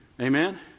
Amen